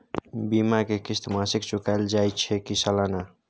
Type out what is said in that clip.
बीमा के किस्त मासिक चुकायल जाए छै की सालाना?